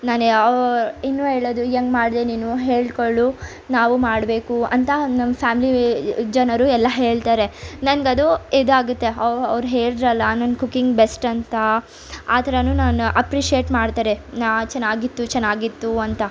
ನಾನು ಯಾವ ಇನ್ನು ಹೇಳೋದು ಹೆಂಗೆ ಮಾಡಿದೆ ನೀನು ಹೇಳ್ಕೊಳ್ಳೋ ನಾವೂ ಮಾಡಬೇಕು ಅಂತ ನಮ್ಮ ಫ್ಯಾಮಿಲಿ ಜನರು ಎಲ್ಲ ಹೇಳ್ತಾರೆ ನನಗದು ಇದಾಗುತ್ತೆ ಅವ ಅವರು ಹೇಳಿದರಲ್ಲ ನನ್ನ ಕುಕ್ಕಿಂಗ್ ಬೆಸ್ಟ್ ಅಂತ ಆ ಥರವೂ ನಾನು ಅಪ್ರಿಷಿಯೇಟ್ ಮಾಡ್ತಾರೆ ನಾನು ಚೆನ್ನಾಗಿತ್ತು ಚೆನ್ನಾಗಿತ್ತು ಅಂತ